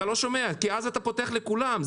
כי אז אתה פותח לכולם.